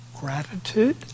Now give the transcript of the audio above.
gratitude